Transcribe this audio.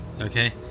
okay